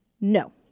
No